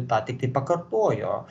tą tiktai pakartojo